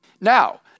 Now